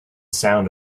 sound